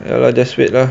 ya lah just wait lah